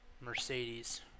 Mercedes